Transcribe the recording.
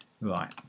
Right